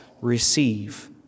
receive